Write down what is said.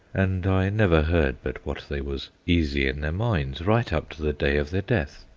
and i never heard but what they was easy in their minds right up to the day of their death.